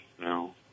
no